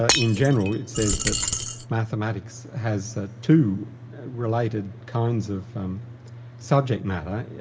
ah in general, it says that mathematics has ah two related kinds of subject matter.